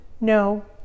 no